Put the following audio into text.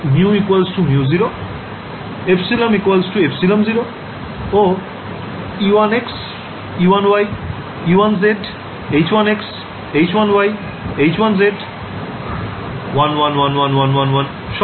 তাই μ μ0 ε ε0 ও e1x e1y e1z h1x h1y h1z 1 1 1 1 1 1